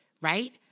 right